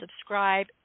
subscribe